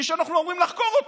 מי שאנחנו אמורים לחקור אותו.